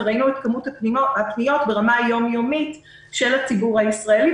וראינו את כמות הפניות ברמה היום-יומית של הציבור הישראלי,